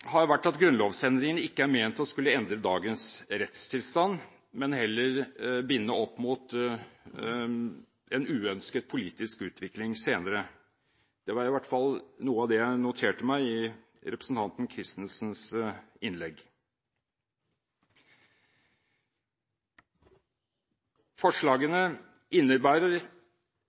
har vært at grunnlovsendringene ikke er ment å skulle endre dagens rettstilstand, men heller binde opp mot en uønsket politisk utvikling senere. Det var i hvert fall noe av det jeg noterte meg i representanten Christensens innlegg. Forslagene innebærer